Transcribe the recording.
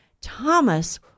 Thomas